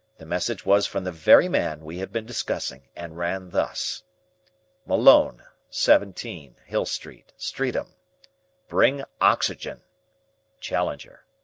the message was from the very man we had been discussing, and ran thus malone, seventeen, hill street, streatham bring oxygen challenger.